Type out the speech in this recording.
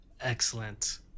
Excellent